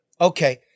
Okay